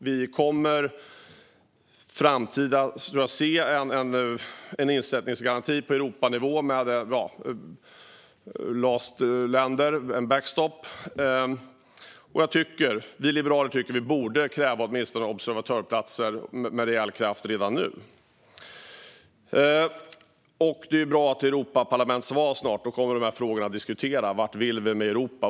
Jag tror att vi i framtiden kommer att se en insättningsgaranti på Europanivå, med en backstop. Vi liberaler tycker att vi borde kräva åtminstone observatörsplatser med rejäl kraft redan nu. Det är bra att det snart är val till Europaparlamentet, för dessa frågor kommer att diskuteras. Vart vill vi med Europa?